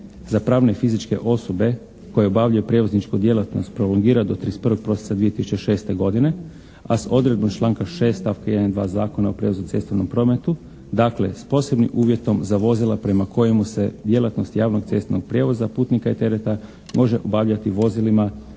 za pravne i fizičke osobe koje obavljaju prijevozničku djelatnost prolongira do 31. prosinca 2006. godine, a s odredbom članka 6. stavka 1. i 2. Zakona o prijevozu u cestovnom prometu, dakle s posebnim uvjetom za vozila prema kojemu se djelatnost javnog cestovnog prijevoza putnika i tereta može obavljati vozilima